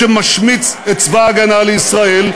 שמשמיץ את צבא ההגנה לישראל,